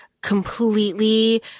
completely